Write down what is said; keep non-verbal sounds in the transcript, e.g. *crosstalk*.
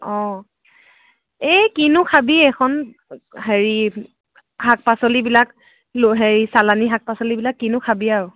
অঁ এই কিনো খাবি এইখন *unintelligible* হেৰি শাক পাচলিবিলাক ল হেৰি চালানী শাক পাচলিবিলাক কিনো খাবি আৰু